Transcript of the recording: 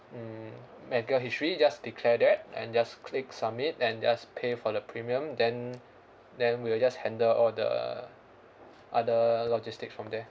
mm medical history just declare that and just click submit and just pay for the premium then then we will just handle all the other logistic from there